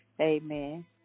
amen